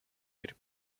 ihre